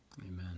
Amen